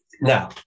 Now